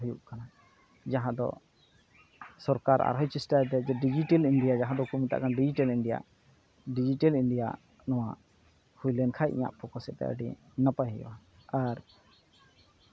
ᱦᱩᱭᱩᱜ ᱠᱟᱱᱟ ᱡᱟᱦᱟᱸ ᱫᱚ ᱥᱚᱨᱠᱟᱨ ᱟᱨᱦᱚᱸᱭ ᱪᱮᱥᱴᱟᱭᱮᱫᱟ ᱡᱮ ᱰᱤᱡᱤᱴᱮᱞ ᱤᱱᱰᱤᱭᱟ ᱡᱟᱦᱟᱸ ᱫᱚᱠᱚ ᱢᱮᱛᱟᱜ ᱠᱟᱱ ᱰᱤᱡᱤᱴᱮᱞ ᱤᱱᱰᱤᱭᱟ ᱰᱤᱡᱤᱴᱮᱞ ᱤᱱᱰᱤᱭᱟ ᱱᱚᱣᱟ ᱦᱩᱭᱞᱮᱱ ᱠᱷᱟᱱ ᱤᱧᱟᱹᱜ ᱯᱚᱠᱠᱷᱚ ᱥᱮᱫᱛᱮ ᱟᱹᱰᱤ ᱱᱟᱯᱟᱭ ᱦᱩᱭᱩᱜᱼᱟ ᱟᱨ